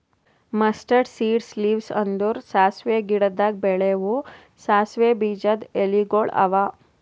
mustard seeds leaves ಅಂದುರ್ ಸಾಸಿವೆ ಗಿಡದಾಗ್ ಬೆಳೆವು ಸಾಸಿವೆ ಬೀಜದ ಎಲಿಗೊಳ್ ಅವಾ